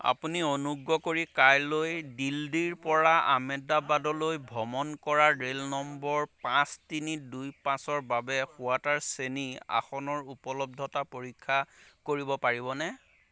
আপুনি অনুগ্ৰহ কৰি কাইলৈ দিল্লীৰপৰা আহমেদাবাদলৈ ভ্ৰমণ কৰা ৰে'ল নম্বৰ পাঁচ তিনি দুই পাঁচ বাবে শুৱোঁতা শ্ৰেণী আসনৰ উপলব্ধতা পৰীক্ষা কৰিব পাৰিবনে